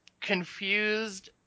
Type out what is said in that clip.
confused